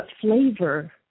flavor